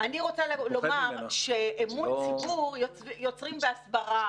רוצה לומר שאת אמון הציבור יוצרים בהסברה